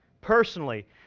personally